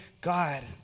God